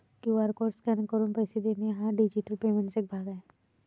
QR code scan करून पैसे देणे हा डिजिटल पेमेंटचा एक भाग आहे